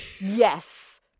Yes